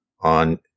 on